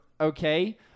okay